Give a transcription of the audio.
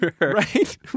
Right